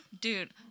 dude